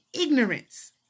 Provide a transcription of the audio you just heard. ignorance